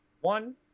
one